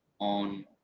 on